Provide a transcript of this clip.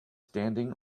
standing